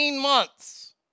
months